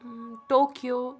Tokyo